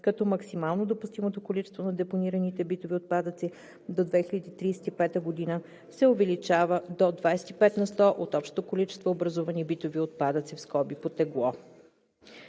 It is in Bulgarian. като максимално допустимото количество на депонираните битови отпадъци до 2035 г. се увеличава до 25 на сто от общото количество образувани битови отпадъци (по тегло).